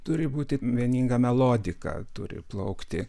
turi būti vieninga melodika turi plaukti